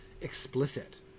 explicit